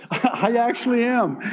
i actually am.